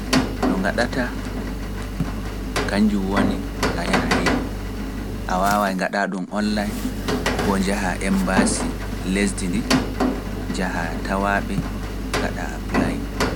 No ngaɗataa, kañjum woni a yahay, a waawaay ngaɗa ɗum onlayn, ko njaha embaasi lesdi ndi, njaha tawaaɓe, ngaɗa Apply.